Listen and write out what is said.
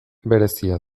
berezia